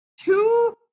two